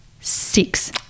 six